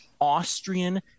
Austrian